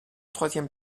troisième